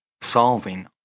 solving